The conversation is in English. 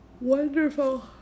wonderful